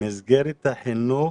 מסגרת החינוך